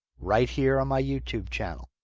right here on my youtube channel.